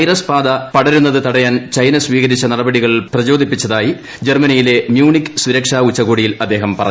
virus ബാധ പടരുന്നത് തടയാൻ ചൈന സ്വീകരിച്ച നടപടികൾ പ്രചോദിപ്പിച്ചതായി ജർമ്മനിയിലെ മ്യൂണിക് സുരക്ഷാ ഉച്ചുകോടിയിൽ അദ്ദേഹം പറഞ്ഞു